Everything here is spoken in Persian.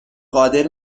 قادر